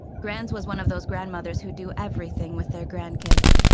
grans was one of those grandmothers who do everything with their grandkids.